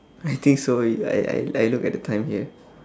I think so I I I look at the time here